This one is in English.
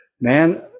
man